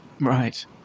Right